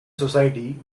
society